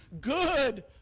good